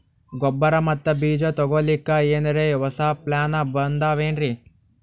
ಗೊಬ್ಬರ ಮತ್ತ ಬೀಜ ತೊಗೊಲಿಕ್ಕ ಎನರೆ ಹೊಸಾ ಪ್ಲಾನ ಬಂದಾವೆನ್ರಿ?